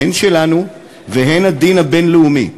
הן שלנו והן של הדין הבין-לאומי,